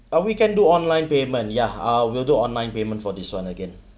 oh we can do online payment ya uh we'll do online payment for this [one] again